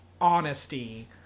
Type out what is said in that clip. honesty